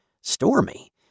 Stormy